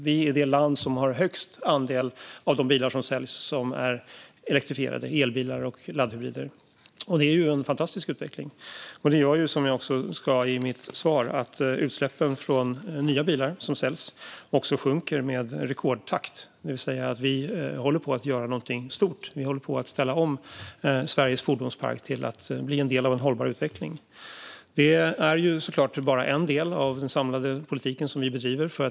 Vi är det land som har störst andel elektrifierade bilar - elbilar och laddhybrider - av de bilar som säljs. Det är en fantastisk utveckling. Som jag sa i mitt svar gör detta att utsläppen från de nya bilar som säljs sjunker med rekordtakt. Vi håller på att göra någonting stort. Vi ställer om Sveriges fordonspark så att den blir en del av en hållbar utveckling. Det här är såklart bara en del av den samlade politik som vi bedriver.